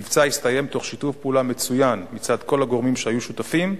המבצע הסתיים תוך שיתוף פעולה מצוין מצד כל הגורמים שהיו שותפים,